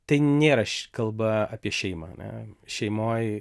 tai nėra ši kalba apie šeimą ane šeimoj